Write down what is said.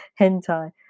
hentai